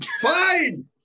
Fine